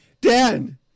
Dan